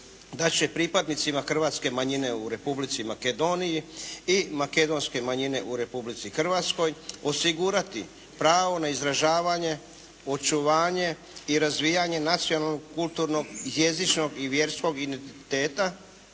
da će pripadnicima hrvatske manjine u Republici Makedoniji i makedonske manjine u Republici Hrvatskoj osigurati pravo na izražavanje, očuvanje i razvijanje nacionalnog, kulturnog, jezičnog i vjerskog identiteta